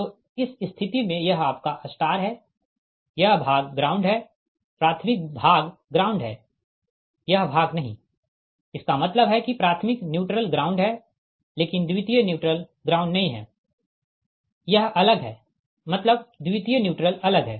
तो इस स्थिति में यह आपका स्टार है यह भाग ग्राउंड है प्राथमिक भाग ग्राउंड है यह भाग नही है इसका मतलब है कि प्राथमिक न्यूट्रल ग्राउंडेड है लेकिन द्वितीय न्यूट्रल ग्राउंडेड नही है यह अलग है मतलब द्वितीय न्यूट्रल अलग है